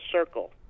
circle